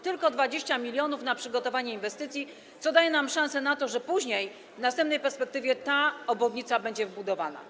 Tylko 20 mln na przygotowanie inwestycji, co daje nam szansę na to, że później, w następnej perspektywie ta obwodnica będzie wybudowana.